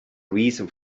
reason